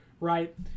right